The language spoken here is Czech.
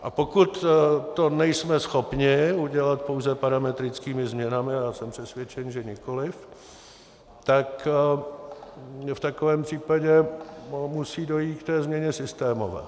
A pokud to nejsme schopni udělat pouze parametrickými změnami, a já jsem přesvědčen, že nikoliv, tak v takovém případě musí dojít ke změně systémové.